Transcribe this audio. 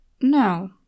No